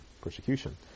persecution